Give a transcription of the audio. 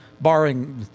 barring